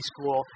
school